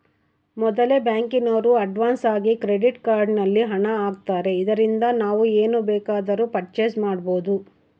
ಮೊದಲೆ ಬ್ಯಾಂಕಿನೋರು ಅಡ್ವಾನ್ಸಾಗಿ ಕ್ರೆಡಿಟ್ ಕಾರ್ಡ್ ನಲ್ಲಿ ಹಣ ಆಗ್ತಾರೆ ಇದರಿಂದ ನಾವು ಏನ್ ಬೇಕಾದರೂ ಪರ್ಚೇಸ್ ಮಾಡ್ಬಬೊದು